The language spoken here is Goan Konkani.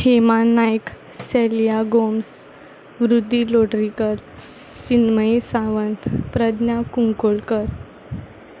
हेमा नायक सेलिया गोमस वृध्दी लोटलीकर सिंगमय सावंत प्रज्ञा कुंकोळकर